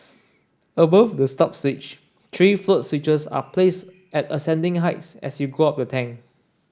above the stop switch three float switches are placed at ascending heights as you go up the tank